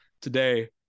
Today